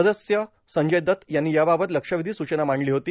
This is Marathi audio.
सदस्य संजय दत्त यांनी याबाबत लक्षवेधी सूचना मांडली होती